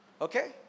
Okay